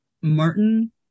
Martin